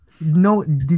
No